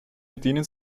bedienen